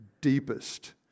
deepest